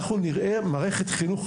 אנחנו נראה מערכת חינוך,